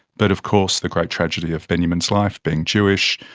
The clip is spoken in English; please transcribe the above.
but, of course, the great tragedy of benjamin's life, being jewish,